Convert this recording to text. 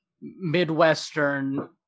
Midwestern